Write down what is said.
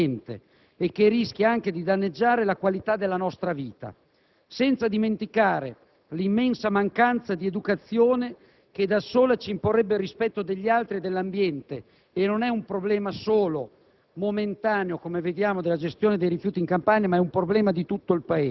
uno sviluppo che spesso ha proceduto senza nessuna considerazione per l'ambiente e che rischia di danneggiare la qualità della nostra vita, senza dimenticare l'immensa mancanza di educazione che da sola ci imporrebbe il rispetto degli altri e dell'ambiente. Non è un problema solo